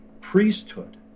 priesthood